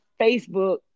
Facebook